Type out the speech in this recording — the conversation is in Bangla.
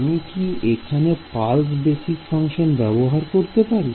আমি কি এখানে পালস বেসিক ফাংশন ব্যবহার করতে পারি